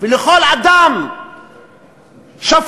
ולכל אדם שפוי